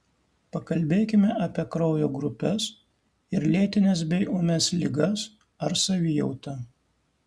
pakalbėkime apie kraujo grupes ir lėtines bei ūmias ligas ar savijautą